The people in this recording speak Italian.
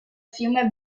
fiume